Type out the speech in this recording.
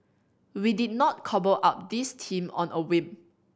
we did not cobble up this team on a whim